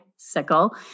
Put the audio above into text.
Sickle